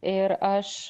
ir aš